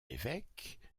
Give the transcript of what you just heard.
évêque